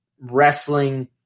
wrestling